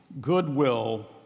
goodwill